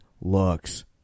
looks